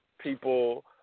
people